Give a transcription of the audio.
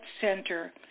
center